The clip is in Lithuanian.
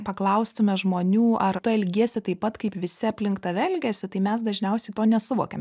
paklaustume žmonių ar tu elgiesi taip pat kaip visi aplink tave elgiasi tai mes dažniausiai to nesuvokiam